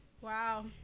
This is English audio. Wow